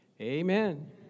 amen